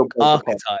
archetype